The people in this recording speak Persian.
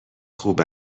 خوب